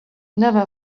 never